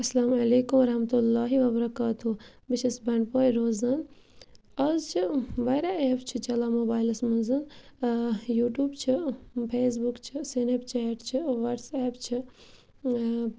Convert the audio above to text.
اَسلامُ علیکُم وَرَحمتُہ اللہِ وَبَرکاتُہ بہٕ چھَس بَنڈپورِ روزان آز چھِ واریاہ ایپ چھِ چَلان موبایلَس منٛزٕ یوٗٹیوٗب چھِ فیسبُک چھِ سنیپچیٹ چھِ وَٹس ایپ چھِ